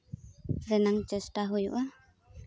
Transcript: ᱨᱮᱱᱟᱝ ᱪᱮᱥᱴᱟ ᱦᱩᱭᱩᱜᱼᱟ